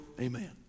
Amen